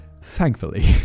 Thankfully